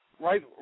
right